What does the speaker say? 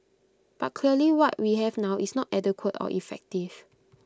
but clearly what we have now is not adequate or effective